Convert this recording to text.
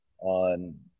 on